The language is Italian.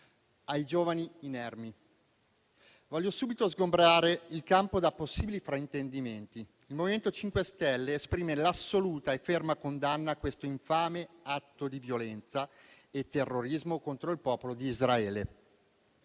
a giovani inermi. Voglio subito sgombrare il campo da possibili fraintendimenti: il MoVimento 5 Stelle esprime l'assoluta e ferma condanna a questo infame atto di violenza e terrorismo contro il popolo di Israele;